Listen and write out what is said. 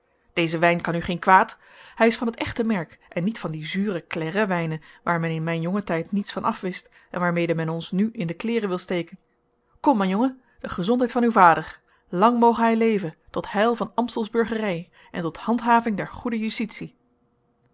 deze wijn kan u geen kwaad hij is van het echte merk en niet van die zure clairetwijnen waar men in mijn jongen tijd niets van af wist en waarmede men ons nu in de kleêren wil steken kom mijn jongen de gezondheid van uw vader lang moge hij leven tot heil van amstels burgerij en tot handhaving der goede justitie